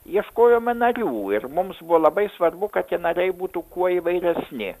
ieškojome narių ir mums buvo labai svarbu kad tie nariai būtų kuo įvairesni